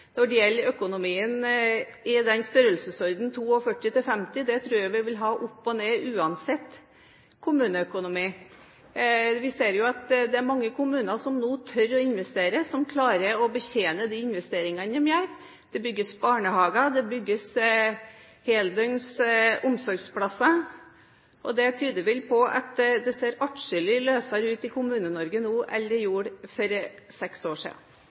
når det gjelder økonomien, i den størrelsesordenen, 42 til 50 – det vil gå opp og ned uansett kommuneøkonomi. Vi ser at det er mange kommuner som nå tør å investere, og som klarer å betjene de investeringene de gjør. Det bygges barnehager, det bygges heldøgns omsorgsplasser, og det tyder vel på at det ser atskillig lysere ut i Kommune-Norge nå enn det gjorde for seks år